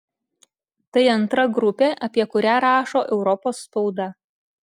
tai antra grupė apie kurią rašo europos spauda